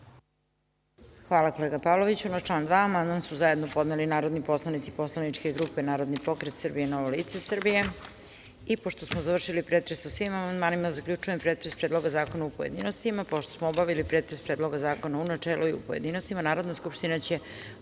Hvala. **Snežana Paunović** Zahvaljujem. Na član 2. su zajedno podneli narodni poslanici poslaničke grupe Narodni pokret Srbije – Novo lice Srbije. Pošto smo završili pretres o svim amandmanima, zaključujem pretres Predloga zakona, u pojedinostima. Pošto smo obavili pretres Predloga u načelu i u pojedinostima, Narodna skupština će